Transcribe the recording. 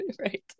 right